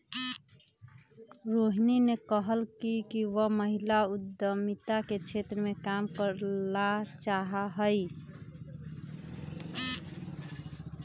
रोहिणी ने कहल कई कि वह महिला उद्यमिता के क्षेत्र में काम करे ला चाहा हई